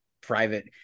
private